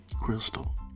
Crystal